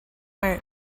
art